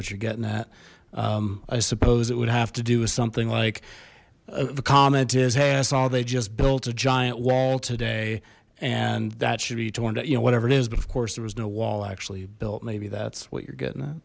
what you're getting at i suppose it would have to do with something like the comment is hey i saw they just built a giant wall today and that should be turned it you know whatever it is but of course there was no wall actually built maybe that's what you're getting